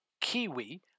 kiwi